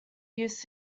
used